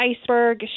iceberg